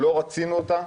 לא רצינו אותה,